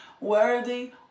Worthy